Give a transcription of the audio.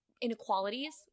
inequalities